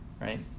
right